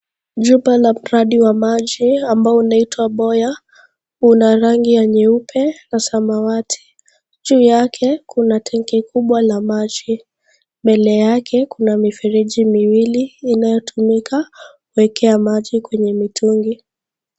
Jupa la pladi la maji ambao unaitwa Toboya una rangi ya nyeupe na samawati. Juu yake Kuna tengi kubwala maji. Mbele yake Kuna mifereji miwili inayo tumika kuwekwa maji kwenye mitungi.